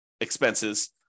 expenses